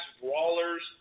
Brawlers